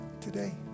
today